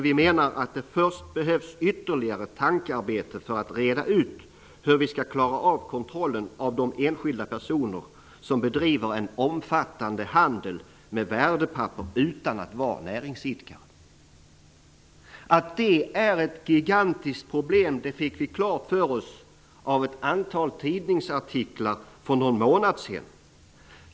Vi menar dock, att det först behövs ytterligare tankearbete för att reda ut hur vi skall klara av kontrollen av de enskilda personer som bedriver en omfattande handel med värdepapper utan att vara näringsidkare. Att detta är ett gigantiskt problem fick vi klart för oss av ett antal tidningsartiklar för någon månad sedan.